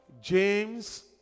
James